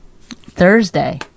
Thursday